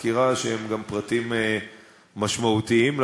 שהם פרטים משמעותיים מתוך החקירה,